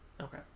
Okay